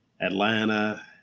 Atlanta